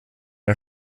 der